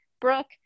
Brooke